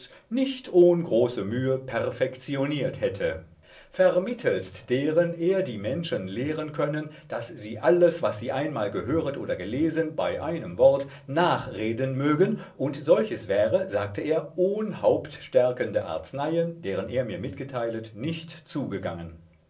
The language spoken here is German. nicht ohn große mühe perfektioniert hätte vermittelst deren er die menschen lehren können daß sie alles was sie einmal gehöret oder gelesen bei einem wort nachreden mögen und solches wäre sagte er ohn hauptstärkende arzneien deren er mir mitgeteilet nicht zugangen